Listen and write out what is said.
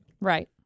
Right